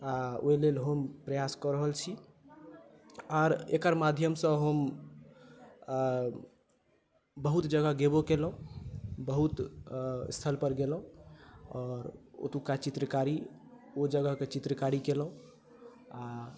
आ ओहि लेल हम प्रयास कऽ रहल छी आओर एकर माध्यमसँ हम बहुत जगह जेबो केलहुँ बहुत स्थलपर गेलहुँ आओर ओतुका चित्रकारी ओ जगहके चित्रकारी केलहुँ आ